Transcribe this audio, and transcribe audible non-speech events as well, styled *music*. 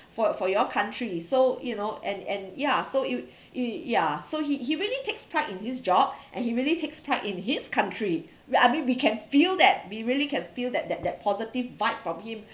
for for your country so you know and and yeah so you *breath* you ya so he he really takes pride in his job and he really takes pride in his country uh I mean we can feel that we really can feel that that that positive vibe from him